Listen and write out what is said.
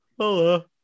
Hello